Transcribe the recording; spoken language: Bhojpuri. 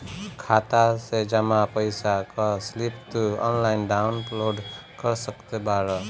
खाता से जमा पईसा कअ स्लिप तू ऑनलाइन डाउन लोड कर सकत बाटअ